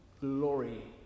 glory